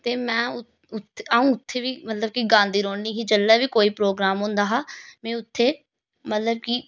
ते में अ'ऊं उत्थें मतलब कि गांदी रौह्नी ही जेल्लै बी कोई प्रोग्राम होंदा हा में उत्थें मतलब कि